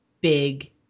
big